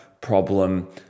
problem